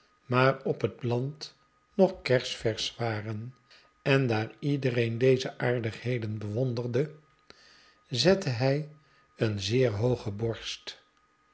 maar op het land nog kersversch waren en daar iedereen deze aardigheden bewonderde zette hij een zeer hooge borst